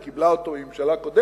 היא קיבלה אותו מממשלה קודמת.